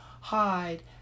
hide